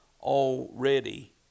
already